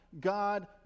God